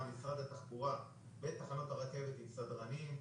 משרד התחבורה בתחנות הרכבת עם סדרנים,